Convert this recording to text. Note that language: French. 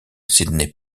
sidney